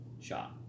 shot